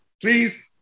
Please